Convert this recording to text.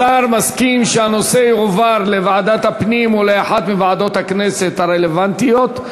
השר מסכים שהנושא יועבר לוועדת הפנים או לאחת מוועדות הכנסת הרלוונטיות,